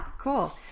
cool